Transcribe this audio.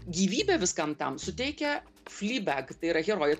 gyvybę viskam tam suteikia flybeg tai yra herojė